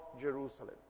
Jerusalem